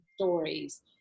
stories